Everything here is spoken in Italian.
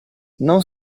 non